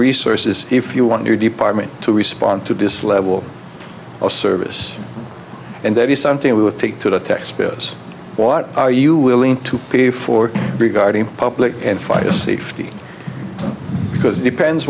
resources if you want your department to respond to this level of service and that is something we would take to the taxpayer is what are you willing to pay for regarding public and fight a safety because it depends